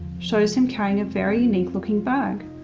shows him carrying a very unique-looking bag,